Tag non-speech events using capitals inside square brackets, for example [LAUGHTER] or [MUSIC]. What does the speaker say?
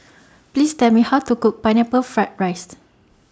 [NOISE] Please Tell Me How to Cook Pineapple Fried Rice